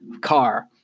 car